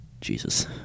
Jesus